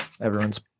everyone's